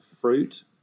fruit